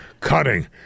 cutting